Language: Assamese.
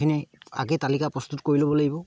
সেইখিনি আগে তালিকা প্ৰস্তুত কৰি ল'ব লাগিব